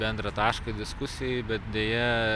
bendrą tašką diskusijai bet deja